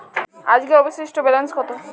আজকের অবশিষ্ট ব্যালেন্স কত?